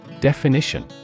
Definition